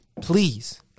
please